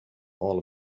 all